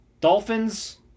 Dolphins